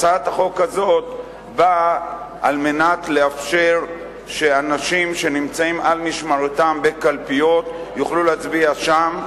הצעת החוק הזאת באה לאפשר לאנשים שנמצאים על משמרתם בקלפיות להצביע שם,